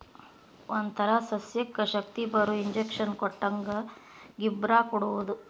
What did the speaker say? ಒಂತರಾ ಸಸ್ಯಕ್ಕ ಶಕ್ತಿಬರು ಇಂಜೆಕ್ಷನ್ ಕೊಟ್ಟಂಗ ಗಿಬ್ಬರಾ ಕೊಡುದು